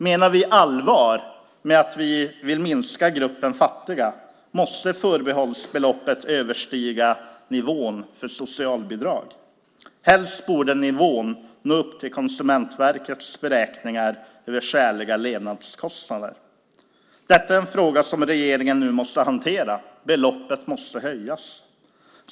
Menar vi allvar med att vi vill minska gruppen fattiga måste förbehållsbeloppet överstiga nivån för socialbidrag. Helst borde nivån nå upp till Konsumentverkets beräkningar över skäliga levnadskostnader. Detta är en fråga regeringen nu måste hantera. Beloppet måste höjas.